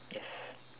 yes